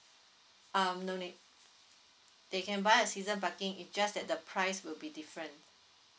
um no need they can buy a season parking it just that the price will be different